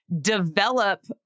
develop